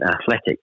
athletic